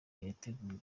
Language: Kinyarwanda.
yateguye